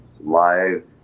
live